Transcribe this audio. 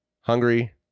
Hungry